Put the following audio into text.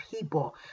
people